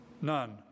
none